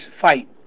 fight